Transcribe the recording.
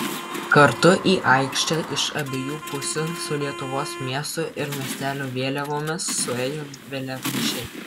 kartu į aikštę iš abiejų pusių su lietuvos miestų ir miestelių vėliavomis suėjo vėliavnešiai